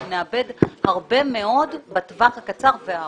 אנחנו נאבד הרבה מאוד בטווח הקצר והארוך.